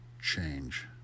change